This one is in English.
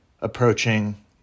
approaching